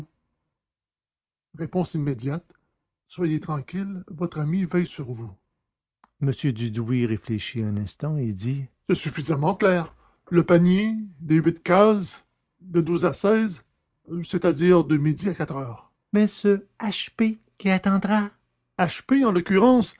réponse immédiate soyez tranquille votre amie veille sur vous m dudouis réfléchit un instant et dit c'est suffisamment clair le panier les huit cases de douze à seize c'est-à-dire de midi à quatre heures mais ce h p qui attendra h p en l'occurrence